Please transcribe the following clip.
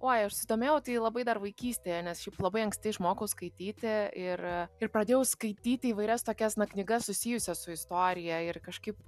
uoi aš susidomėjau tai labai dar vaikystėje nes šiaip labai anksti išmokau skaityti ir ir pradėjau skaityti įvairias tokias knygas susijusias su istorija ir kažkaip